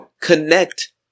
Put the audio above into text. connect